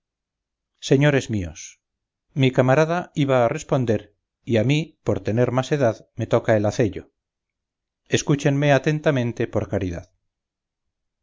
señores míos mi camarada iba a responder y a mí por tener más edad me toca el hacello escúchenme atentamente por caridad